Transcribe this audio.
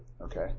okay